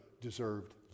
deserved